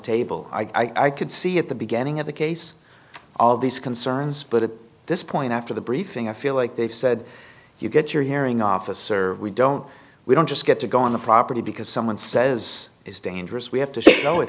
table i could see at the beginning of the case all these concerns but at this point after the briefing i feel like they said you get your hearing officer we don't we don't just get to go on the property because someone says it's dangerous we have to know i